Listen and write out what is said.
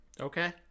Okay